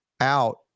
out